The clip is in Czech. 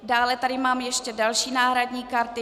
Dále tady mám ještě další náhradní karty.